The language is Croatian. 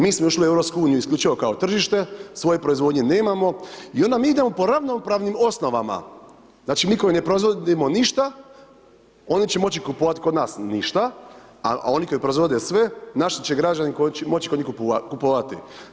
Mi smo ušli u EU, isključivo kao tržište, svoju proizvodnju nemamo i onda mi idemo po ravnopravnim osnovama, znači mi koji ne proizvodimo ništa oni će moći kupovati kod nas ništa, a oni koji proizvode sve, naši će građani moći koliko kupovati?